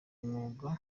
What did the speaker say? mwuga